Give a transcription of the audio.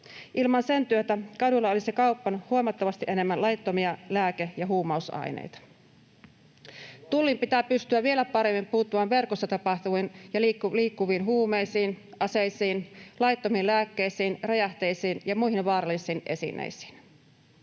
Ilman sen työtä kaduilla olisi kaupan huomattavasti enemmän laittomia lääke- ja huumausaineita. [Jani Mäkelän välihuuto] Tullin pitää pystyä vielä paremmin puuttumaan verkossa liikkuviin huumeisiin, aseisiin, laittomiin lääkkeisiin, räjähteisiin ja muihin vaarallisiin esineisiin.